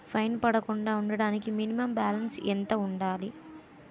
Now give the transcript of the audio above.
Fine పడకుండా ఉండటానికి minimum balance ఎంత ఉండాలి?